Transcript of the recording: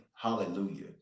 Hallelujah